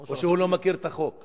או שהוא לא מכיר את החוק.